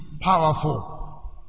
powerful